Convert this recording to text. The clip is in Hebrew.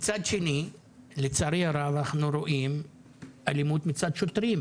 מצד שני לצערי הרב אנחנו רואים אלימות מצד שוטרים,